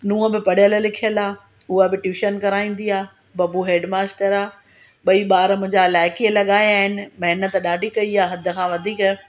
नूह बि पढ़ियल लिखयल आहे उहा बि टयूशन पढ़ाईंदी आहे बबु हैड मास्टर आहे बई ॿार मुंहिंजा लाइकी लॻाया आहिनि महिनत ॾाढी कई हदि खां वधीक